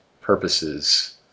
purposes